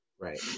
Right